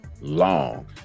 long